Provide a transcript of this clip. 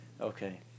Okay